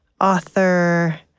author